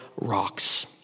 rocks